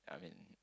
yeah I mean